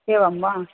एवं वा